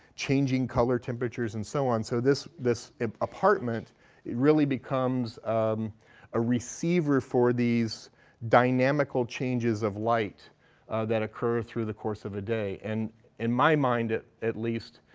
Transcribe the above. changing color temperatures, and so on. so this this apartment really becomes um a receiver for these dynamical changes of light that occur through the course of a day. and in my mind at at least,